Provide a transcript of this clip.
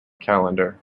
calendar